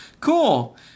cool